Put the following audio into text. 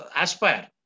aspire